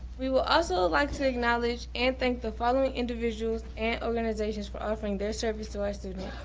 we will also like to acknowledge and thank the following individuals and organizations for offering their service to our students.